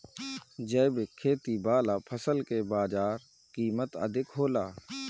जैविक खेती वाला फसल के बाजार कीमत अधिक होला